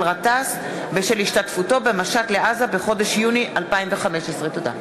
גטאס בשל השתתפותו במשט לעזה בחודש יוני 2015. תודה.